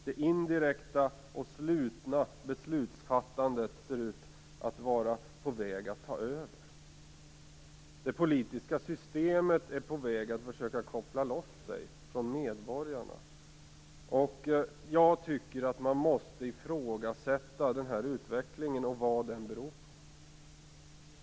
Det indirekta och slutna beslutsfattandet ser ut att vara på väg att ta över. Det politiska systemet är på väg att kopplas loss från medborgarna. Jag tycker att man måste ifrågasätta denna utveckling och vad den beror på.